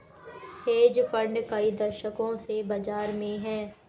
hedge fund कई दशकों से बाज़ार में हैं